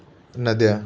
नद्या